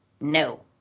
No